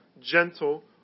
gentle